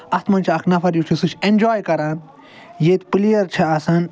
اَتھ منٛز چھُ اکھ نفر یُس چھُ سُہ چھُ اٮ۪نٛجاے کَران ییٚتہِ پٕلیَر چھِ آسان